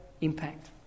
impact